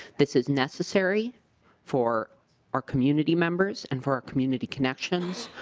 this is necessary for our community members and for community connections.